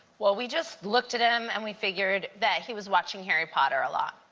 well, we just looked at him and we figured that he was watching harry potter a lot.